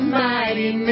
mighty